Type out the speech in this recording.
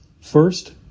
First